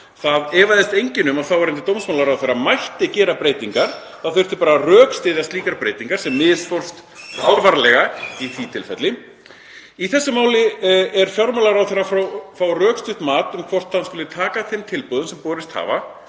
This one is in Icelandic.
Það efaðist enginn um að þáverandi dómsmálaráðherra mætti gera breytingar, það þurfti bara að rökstyðja slíkar breytingar en það misfórst alvarlega í því tilfelli. Í þessu máli fær fjármálaráðherra rökstutt mat um hvort hann skuli taka þeim tilboðum sem borist hafa